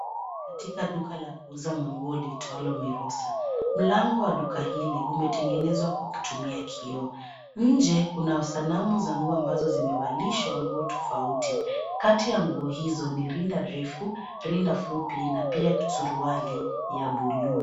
Katika duka la kuuza manguo liitwalo Mi Rosa. Mlango wa duka hili umetengenezwa kwa kutumia kioo. Nje, kuna sanamu za nguo ambazo zimevalishwa nguo tofauti. Kati ya nguo hizo ni rinda refu, rinda fupi na pia suruali ya buluu.